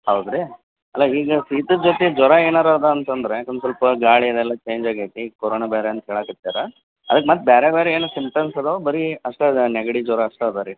ಹೌದು ರೀ ಅಲ್ಲ ಈಗ ಶೀತದ ಜೊತೆ ಜ್ವರ ಏನಾರೂ ಅದ ಅಂತಂದರೆ ಒಂದು ಸ್ವಲ್ಪ ಗಾಳಿ ಅದೆಲ್ಲ ಚೇಂಜ್ ಆಗೈತಿ ಕೊರೋನ ಬೇರೆ ಅಂತ ಹೇಳಕ್ಕತ್ಯಾರೆ ಅದಕ್ಕೆ ಮತ್ತು ಬೇರೆ ಬೇರೆ ಏನು ಸಿಮ್ಟಮ್ಸ್ ಅದಾವೆ ಬರೀ ಅಷ್ಟೇ ಅದ ನೆಗಡಿ ಜ್ವರ ಅಷ್ಟೇ ಅದ ರೀ